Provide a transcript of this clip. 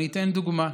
אתן דוגמה: